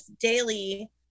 daily